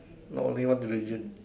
not only one religion